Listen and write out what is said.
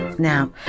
now